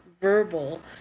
verbal